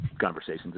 conversations